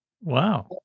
Wow